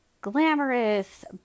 glamorous